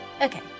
Okay